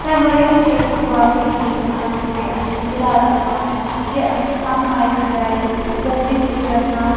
تَمہِ وَرٲے تہِ چھِ اسہِ ییٚتہِ باقٕے چیٖز گَژھان جیسے اَسہِ چھُ مِلاد آسان یہِ أسۍ چھِ سَمکھان أکِس جایہِ یَکجٲتی چھِ گَژھان